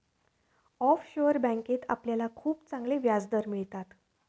offshore बँकेत आपल्याला खूप चांगले व्याजदर मिळतात